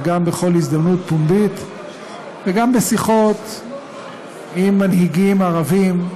וגם בכל הזדמנות פומבית וגם בשיחות עם מנהיגים ערבים,